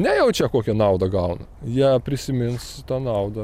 nejaučia kokią naudą gauna jie prisimins tą naudą